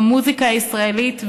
במוזיקה הישראלית,